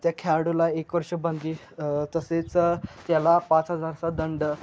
त्या खेळाडूला एक वर्ष बंदी तसेचं त्याला पाच हजारचा दंड